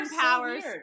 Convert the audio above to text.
Powers